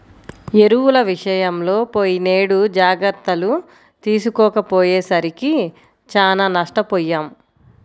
ఎరువుల విషయంలో పోయినేడు జాగర్తలు తీసుకోకపోయేసరికి చానా నష్టపొయ్యాం